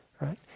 right